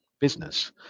business